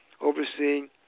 overseeing